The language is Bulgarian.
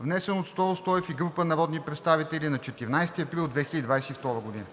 внесен от Стою Стоев и група народни представители на 14 април 2022 г.“